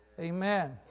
Amen